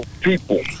people